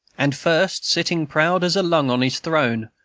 and first, sitting proud as a lung on his throne,